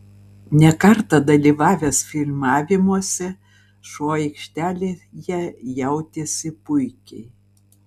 ne kartą dalyvavęs filmavimuose šuo aikštelėje jautėsi puikiai